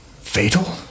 fatal